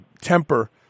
temper